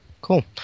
cool